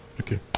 okay